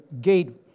gate